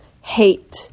hate